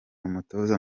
umutoza